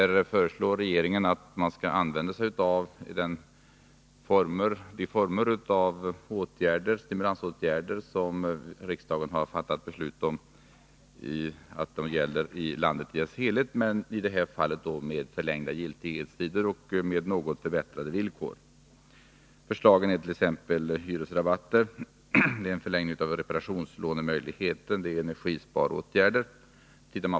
Regeringen föreslår att man skall använda sig av de former av stimulansåtgärder som riksdagen har fattat beslut om och som gäller i landet i dess helhet, men i detta fall med förlängda giltighetstider och något förbättrade villkor. Förslagen gäller t.ex. hyresrabatter, förlängning av reparationslånemöjligheten och energisparåtgärder.